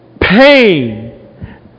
pain